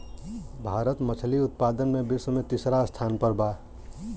भारत मछली उतपादन में विश्व में तिसरा स्थान पर बा